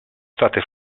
state